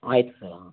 ಆಯ್ತು ಸರ್ ಹಾಂ